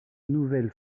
nouvelle